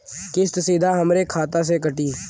किस्त सीधा हमरे खाता से कटी?